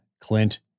Clint